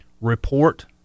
report